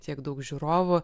tiek daug žiūrovų